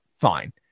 Fine